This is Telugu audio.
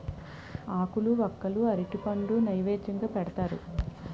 ఆకులు వక్కలు అరటిపండు నైవేద్యంగా పెడతారు